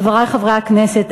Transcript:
חברי חברי הכנסת,